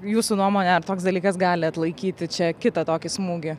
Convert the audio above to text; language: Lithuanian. jūsų nuomone ar toks dalykas gali atlaikyti čia kitą tokį smūgį